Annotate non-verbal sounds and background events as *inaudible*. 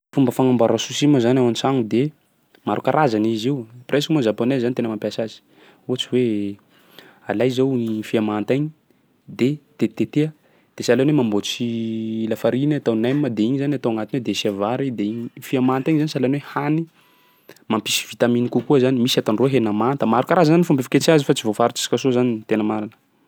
Fomba fagnamboara sushi moa zany ao an-tragno de maro karazany izy io, presque moa zany japonais zany tena mampiasa azy; ohatsy hoe alay zao ny fia manta igny, de tetiteteha de sahalan'ny hoe mamboatsy lafariny atao nem de igny zany atao agnatiny ao de asia vary de ign- fia manta igny zany sahalan'ny hoe hany mampisy vitamine *noise* kokoa zany, misy ataondreo hena manta, maro karazany zany fomba fiketreha azy fa tsy voafaritsitsika soa zany tena marina.